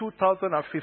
2015